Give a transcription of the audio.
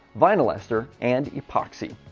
vinyl ester, and epoxy.